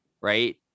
Right